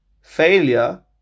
failure